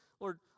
Lord